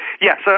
Yes